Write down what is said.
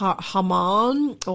Haman